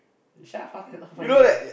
not funny eh